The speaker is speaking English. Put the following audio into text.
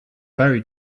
very